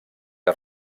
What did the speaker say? que